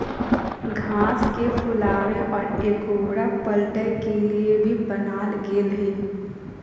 घास के फुलावे और एगोरा पलटय के लिए भी बनाल गेल हइ